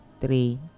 three